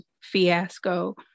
fiasco